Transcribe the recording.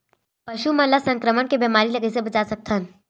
पशु मन ला संक्रमण के बीमारी से कइसे बचा सकथन?